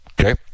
okay